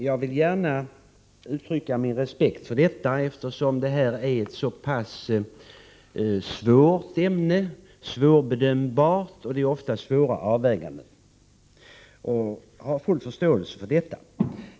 Jag vill gärna uttrycka min respekt och förståelse för detta, eftersom det här är ett så pass svårt ämne; det är svårbedömbart och medför ofta svåra avvägningar.